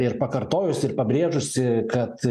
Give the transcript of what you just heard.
ir pakartojus ir pabrėžusi kad